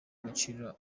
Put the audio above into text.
agaciro